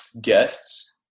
guests